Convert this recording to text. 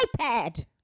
iPad